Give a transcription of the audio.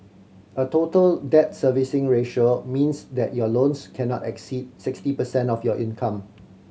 a Total Debt Servicing Ratio means that your loans cannot exceed sixty percent of your income